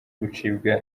gucibwa